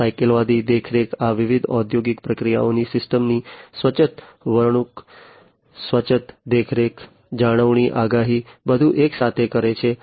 અને સાકલ્યવાદી દેખરેખ આ વિવિધ ઔદ્યોગિક પ્રક્રિયાઓની સિસ્ટમોની સ્વાયત્ત વર્તણૂક સ્વાયત્ત દેખરેખ જાળવણી આગાહી બધું એકસાથે કરે છે